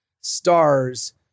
stars